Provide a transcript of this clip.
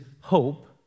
hope